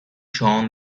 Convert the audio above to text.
john